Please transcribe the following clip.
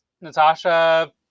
Natasha